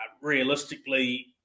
realistically